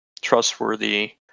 trustworthy